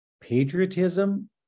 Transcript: patriotism